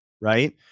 right